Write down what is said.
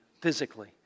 physically